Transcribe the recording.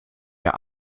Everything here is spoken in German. der